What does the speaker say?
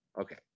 Okay